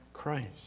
Christ